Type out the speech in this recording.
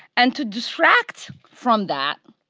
and to distract from that,